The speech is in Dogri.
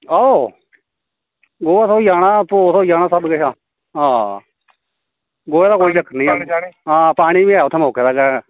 आहो गोहा थ्होई जाना भोऽ थ्होई जाना सब किश आं गोहे दा कोई चक्कर निं आं पानी बी ऐ उत्थें मौके दा